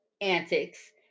antics